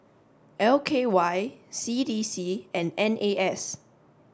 L K Y C D C and N A S